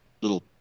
little